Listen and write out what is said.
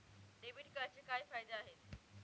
Debit कार्डचे काय फायदे आहेत?